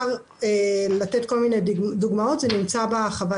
אפשר לתת כל מיני דוגמאות וזה נמצא בחוות